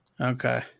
Okay